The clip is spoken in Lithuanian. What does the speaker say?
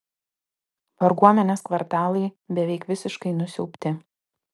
varguomenės kvartalai beveik visiškai nusiaubti